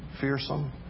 fearsome